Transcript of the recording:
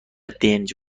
دنج